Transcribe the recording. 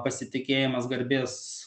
pasitikėjimas garbės